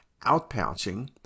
outpouching